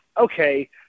okay